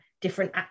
different